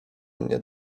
mnie